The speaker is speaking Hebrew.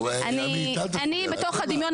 טוב, עמית, אל תפריע.